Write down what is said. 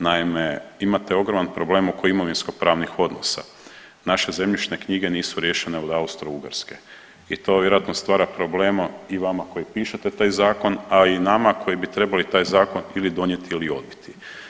Naime, imate ogroman problem oko imovinskopravnih odnosa, naše zemljišne knjige nisu riješene od Austro-Ugarske i to vjerojatno stvara problema i vama koji pišete taj zakon, a i nama koji bi trebali taj zakon ili donijeti ili odbiti.